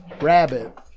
rabbit